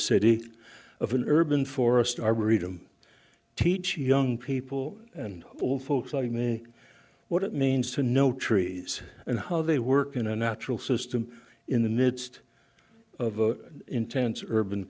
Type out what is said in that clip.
city of an urban forest arboretum teach young people and all folks like me what it means to know trees and how they work in a natural system in the midst of intense urban